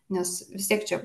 nes vis tiek čia